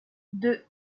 deux